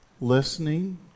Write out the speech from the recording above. Listening